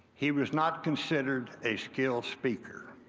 he was not considered a skilled speaker